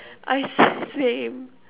I same